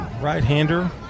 right-hander